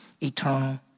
eternal